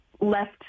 left